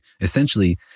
essentially